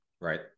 Right